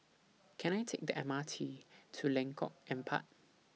Can I Take The M R T to Lengkok Empat